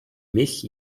mich